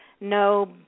no